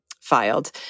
filed